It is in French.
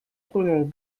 prenons